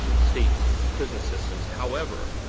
state prison systems. however,